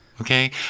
okay